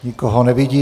Nikoho nevidím.